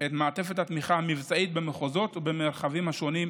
את מעטפת התמיכה המבצעית במחוזות ובמרחבים השונים,